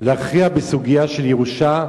להכריע בסוגיה של ירושה,